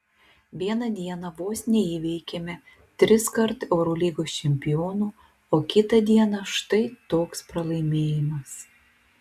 vieną dieną vos neįveikėme triskart eurolygos čempionų o kitą dieną štai toks pralaimėjimas